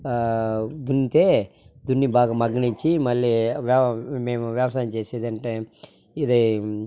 దున్నితే దున్ని బాగ మగ్గనిచ్చి మళ్లీ వ్య మేము వ్యవసాయం చేసేదంటే ఇది